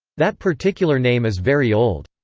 that particular name is very old.